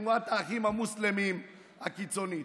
תנועת האחים המוסלמים הקיצונית.